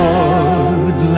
Lord